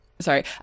Sorry